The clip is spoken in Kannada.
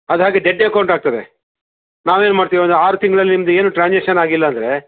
ಅದು ಹಾಗೆ ಡೆಡ್ ಅಕೌಂಟ್ ಆಗ್ತದೆ ನಾವೇನು ಮಾಡ್ತಿವಂದರೆ ಆರು ತಿಂಗಳಲ್ಲಿ ನಿಮ್ಮದು ಏನು ಟ್ರಾನ್ಸಾಕ್ಷನ್ ಆಗಿಲ್ಲ ಅಂದರೆ